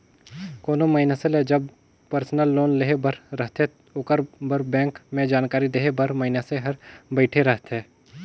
कोनो मइनसे ल जब परसनल लोन लेहे बर रहथे ओकर बर बेंक में जानकारी देहे बर मइनसे हर बइठे रहथे